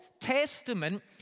Testament